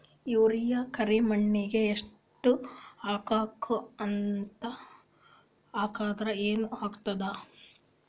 Urea ಕರಿಮಣ್ಣಿಗೆ ಎಷ್ಟ್ ಹಾಕ್ಬೇಕ್, ಅದು ಹಾಕದ್ರ ಏನ್ ಆಗ್ತಾದ?